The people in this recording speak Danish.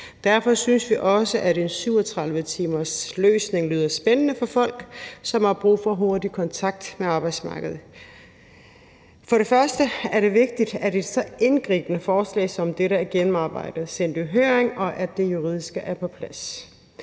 derfor synes vi også, at en løsning på 37 timer lyder spændende for folk, som har brug for hurtig kontakt med arbejdsmarkedet. For det første er det vigtigt, at et så indgribende forslag som det her er gennemarbejdet, sendt i høring, og at det juridiske er på plads.